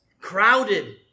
Crowded